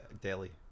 Daily